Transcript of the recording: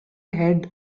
head